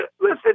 listen